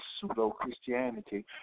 pseudo-Christianity